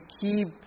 keep